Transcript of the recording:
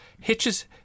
hitches